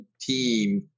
team